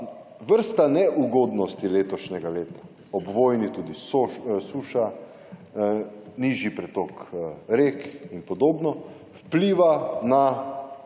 vrsta neugodnosti letošnjega leta ob vojni tudi suša, nižji pretok rek in podobno vpliva na